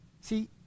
see